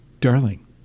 Darling